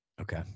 Okay